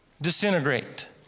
disintegrate